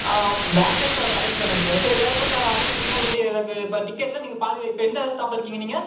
ஆ வேற bus arrange பண்ணிக்கவா சரி வேற பஸ் அரேஞ் பண்ணீங்கன்னால் எப்படி எனக்கு இப்போ டிக்கெட்ல நீங்கள் பாதி வெ இப்போ எந்த ஸ்டாப்ல இருக்கீங்கள் நீங்கள்